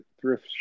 Thrift